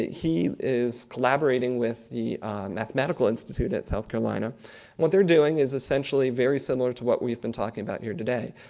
he is collaborating with the mathematical institute at south carolina. and what they're doing is essentially very similar to what we've been talking about here today.